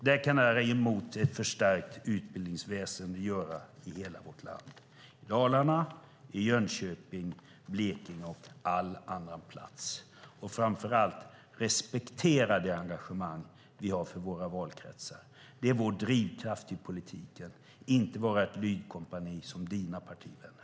Det kan däremot ett förstärkt utbildningsväsen göra i hela vårt land, i Dalarna, i Jönköping, i Blekinge och på andra platser. Och framför allt: Respektera det engagemang vi har för våra valkretsar. Det är vår drivkraft i politiken - inte att vara ett lydkompani som dina partivänner.